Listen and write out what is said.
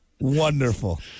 Wonderful